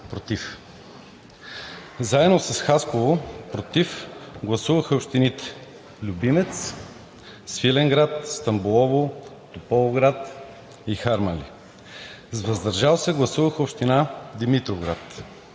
против. Заедно с Хасково – против гласуваха и общините: Любимец, Свиленград, Стамболово, Тополовград и Харманли. С въздържал се гласуваха община Димитровград,